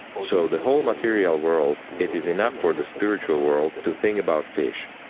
so the whole material world it is enough for the spiritual world to think about fish.